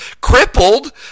crippled